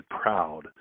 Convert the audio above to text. proud